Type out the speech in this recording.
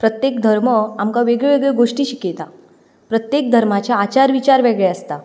प्रत्येक धर्म आमकां वेगळ्यो वेगळ्यो गोष्टी शिकयता प्रत्येक धर्माचे आचार विचार वेगळे आसता